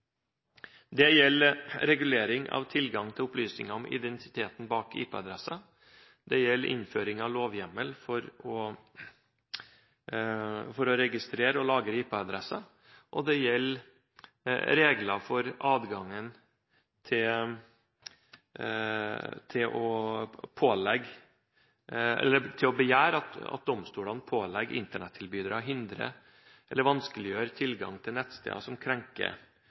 Det gjelder regulering av tilgang til opplysninger om identiteten bak IP-adresser. Det gjelder innføring av lovhjemmel for å registrere og lagre IP-adresser. Og det gjelder regler for adgangen til å begjære at domstolene pålegger Internett-tilbydere å hindre eller vanskeliggjøre tilgang til nettsteder som krenker